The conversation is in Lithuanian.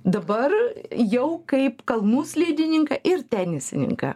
dabar jau kaip kalnų slidininką ir tenisininką